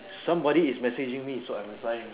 somebody is messaging me so I'm replying